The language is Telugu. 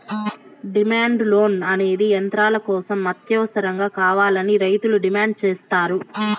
డిమాండ్ లోన్ అనేది యంత్రాల కోసం అత్యవసరంగా కావాలని రైతులు డిమాండ్ సేత్తారు